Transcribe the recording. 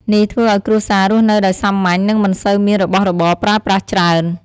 នេះធ្វើឲ្យគ្រួសាររស់នៅដោយសាមញ្ញ និងមិនសូវមានរបស់របរប្រើប្រាស់ច្រើន។